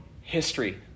history